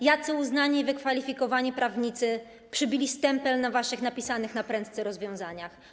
Jacy uznani i wykwalifikowani prawnicy przybili stempel na waszych napisanych naprędce rozwiązaniach?